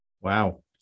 Wow